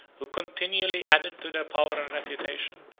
who continually added to their power and reputation,